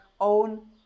own